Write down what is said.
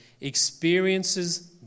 experiences